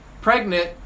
Pregnant